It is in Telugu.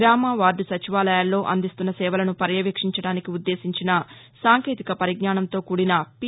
గ్రామ వార్దు సచివాలయాల్లో అందిస్తున్న సేవలను పర్యవేక్షించడానికి ఉద్దేశించిన సాంకేతిక పరిజ్ఞానంతో కూడిన పి